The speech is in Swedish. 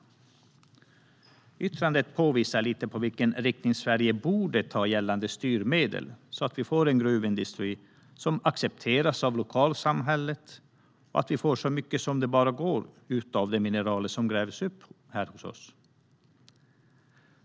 I yttrandet visas vilken riktning Sverige borde ta gällande styrmedel, så att det skapas en gruvindustri som accepteras av lokalsamhället och att det går att få ut så mycket mineraler som möjligt ur det som grävs upp.